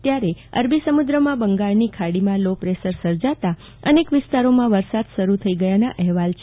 ત્યારે અરબી સમુદ્રમાં બંગાળની ખાડીમાં લો પ્રેશર સર્જાતા અનેકવિસ્તારોમાં વરસાદ શરૂ થઈ ગયાના અહેવાલ છે